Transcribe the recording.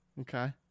Okay